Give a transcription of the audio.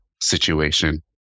situation